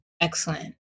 Excellent